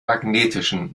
magnetischen